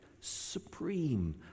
supreme